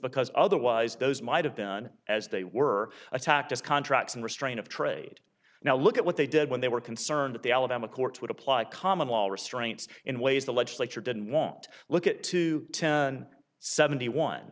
because otherwise those might have been as they were attacked as contracts and restraint of trade now look at what they did when they were concerned that the alabama courts would apply common law restraints in ways the legislature didn't want to look at to seventy one